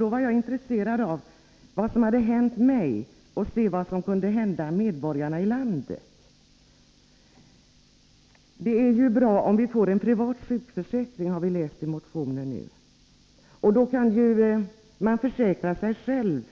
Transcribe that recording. Och efter vad som hade hänt mig var jag intresserad av att se vad som kunde hända medborgarna i landet. Det är bra om vi får en privat sjukförsäkring, har vi läst i en motion. Då kan man försäkra sig själv